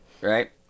right